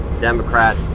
Democrat